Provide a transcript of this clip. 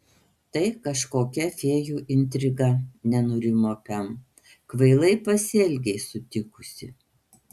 tai kažkokia fėjų intriga nenurimo pem kvailai pasielgei sutikusi